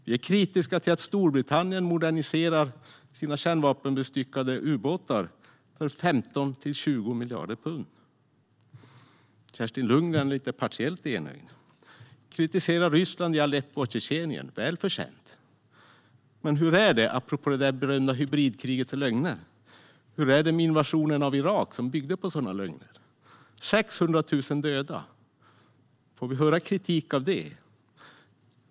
Vi är kritiska till att Storbritannien moderniserar sina kärnvapenbestyckade ubåtar för 15-20 miljarder pund. Kerstin Lundgren är partiellt enögd. Hon kritiserar Ryssland i Aleppo och Tjetjenien, välförtjänt. Men hur är det - apropå det berömda hybridkrigets lögner - med invasionen av Irak, som byggde på sådana lögner? 600 000 döda - får vi höra kritik av det?